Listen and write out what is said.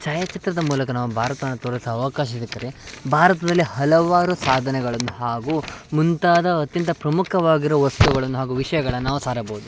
ಛಾಯಾಚಿತ್ರದ ಮೂಲಕ ನಾವು ಭಾರತವನ್ನು ತೋರಿಸೋ ಅವಕಾಶ ಸಿಕ್ಕರೆ ಭಾರತದಲ್ಲಿ ಹಲವಾರು ಸಾದನೆಗಳನ್ನು ಹಾಗೂ ಮುಂತಾದ ಅತ್ಯಂತ ಪ್ರಮುಖವಾಗಿರುವ ವಸ್ತುಗಳನ್ನು ಹಾಗೂ ವಿಷ್ಯಗಳನ್ನು ನಾವು ಸಾರಬೋದು